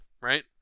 right